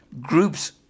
groups